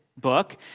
book